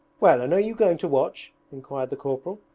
well, and are you going to watch inquired the corporal,